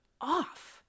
off